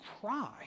cry